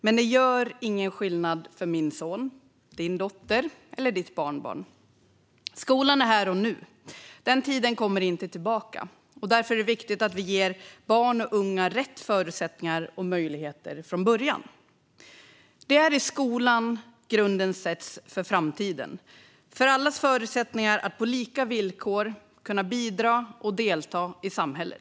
Men de gör ingen skillnad för min son, för din dotter eller för ditt barnbarn. Skolan är här och nu. Den tiden kommer inte tillbaka. Därför är det viktigt att vi ger barn och unga rätt förutsättningar och möjligheter från början. Det är i skolan grunden läggs för framtiden för allas förutsättningar att på lika villkor kunna bidra till och delta i samhället.